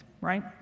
right